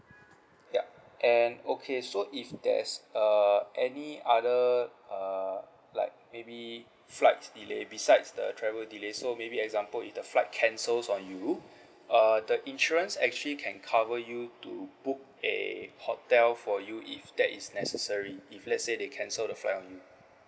yup and okay so if there's err any other err like maybe flight delay besides the travel delays so maybe example if the flight cancels on you err the insurance actually can cover you to book a hotel for you if that is necessary if let's say they cancel the flight on you